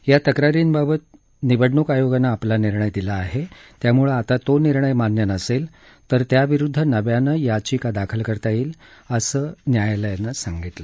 या तक्रारींबाबत निवडणूक आयोगानं आपला निर्णय दिला आहे त्यामुळे आता तो निर्णय मान्य नसेल तर त्याविरुद्ध नव्यानं याचिका दाखल करता येईल असं न्यायालयानं सांगितलं